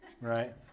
right